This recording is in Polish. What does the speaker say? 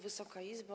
Wysoka Izbo!